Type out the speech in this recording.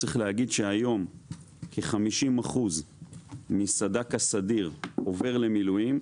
צריך להגיד שהיום כ-50% מסד"כ הסדיר עובר למילואים,